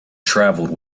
travelled